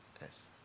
Yes